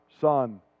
Son